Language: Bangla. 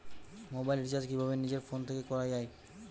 মোবাইল রিচার্জ কিভাবে নিজের ফোন থেকে করা য়ায়?